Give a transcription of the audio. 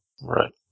right